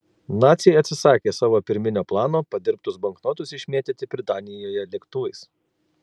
naciai atsisakė savo pirminio plano padirbtus banknotus išmėtyti britanijoje lėktuvais